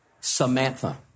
Samantha